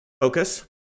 focus